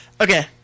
Okay